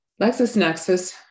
LexisNexis